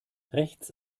rechts